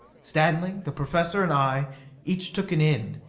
stanley, the professor and i each took an end.